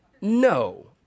No